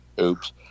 oops